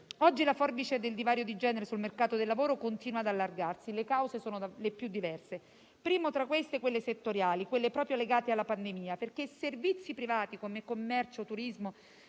Oggi la forbice del divario di genere sul mercato del lavoro continua ad allargarsi. Le cause sono le più diverse. Prime tra queste, quelle settoriali, quelle proprio legate alla pandemia perché servizi privati come commercio e turismo